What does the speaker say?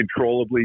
controllably